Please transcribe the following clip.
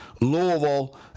Louisville